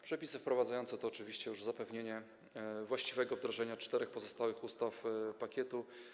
Przepisy wprowadzające to oczywiście zapewnienie właściwego wdrożenia czterech pozostałych ustaw pakietu.